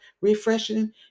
refreshing